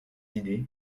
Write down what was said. idées